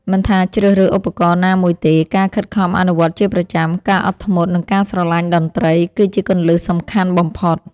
មិនថាជ្រើសរើសឧបករណ៍ណាមួយទេ ការខិតខំអនុវត្តជាប្រចាំ ការអត់ធ្មត់ និងការស្រឡាញ់តន្ត្រី គឺជាគន្លឹះសំខាន់បំផុត